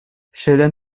schildern